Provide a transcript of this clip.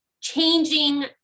changing